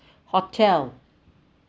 hotel